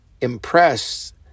impressed